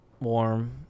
warm